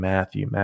Matthew